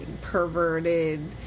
perverted